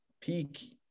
peak